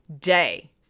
day